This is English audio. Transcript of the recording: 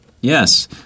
Yes